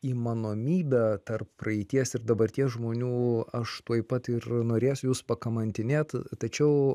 įmanomybę tarp praeities ir dabarties žmonių aš tuoj pat ir norėsiu jus pakamantinėt tačiau